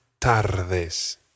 TARDES